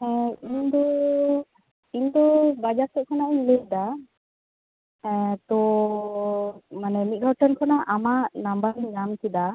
ᱦᱮᱸ ᱤᱧ ᱫᱚ ᱤᱧ ᱫᱚ ᱵᱟᱡᱟᱨ ᱥᱮᱫ ᱠᱷᱚᱱᱟᱜ ᱤᱧ ᱞᱟᱹᱭᱫᱟ ᱛᱚ ᱢᱟᱱᱮ ᱢᱤᱫ ᱦᱚᱲ ᱴᱷᱮᱱ ᱠᱷᱚᱱᱟᱜ ᱟᱢᱟᱜ ᱱᱟᱢᱵᱟᱨᱤᱧ ᱧᱟᱢ ᱠᱮᱫᱟ